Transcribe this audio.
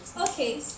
Okay